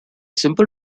simple